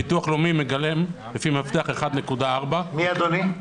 ביטוח לאומי מגלם לפי מפתח 1.4. מי אדוני?